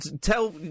tell